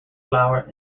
flour